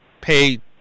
pay